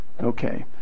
okay